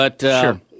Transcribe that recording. Sure